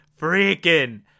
freaking